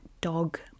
dog